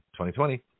2020